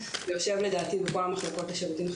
יושב לדעתי בכל המחלקות לשירותים חברתיים.